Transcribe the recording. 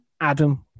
Adam